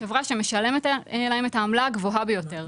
החברה שמשלמת להם את העמלה הגבוהה ביותר.